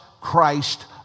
Christ